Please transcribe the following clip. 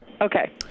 Okay